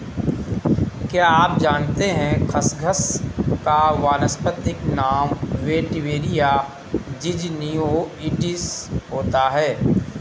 क्या आप जानते है खसखस का वानस्पतिक नाम वेटिवेरिया ज़िज़नियोइडिस होता है?